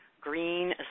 green